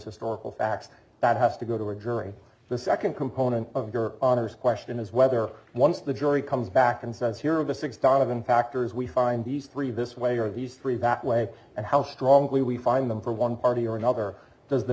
historical facts that has to go to a jury the second component of this question is whether once the jury comes back and says here of a sixth on of impactors we find these three this way or these three that way and how strongly we find them for one party or another does the